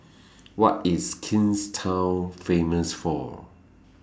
What IS Kingstown Famous For